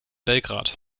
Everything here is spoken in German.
belgrad